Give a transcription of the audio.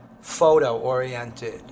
photo-oriented